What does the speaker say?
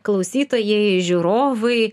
klausytojai žiūrovai